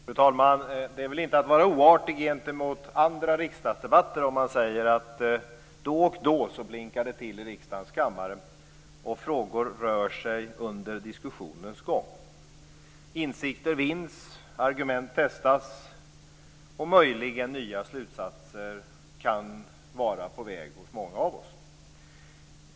Fru talman! Det är väl inte att vara oartig gentemot andra riksdagsdebatter om man säger att det då och då blinkar till i riksdagens kammare och frågor rör sig under diskussionens gång. Insikter vinns, argument testas och nya slutsatser kan möjligen vara på väg hos många av oss.